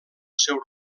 seu